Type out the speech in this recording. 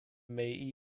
may